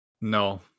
No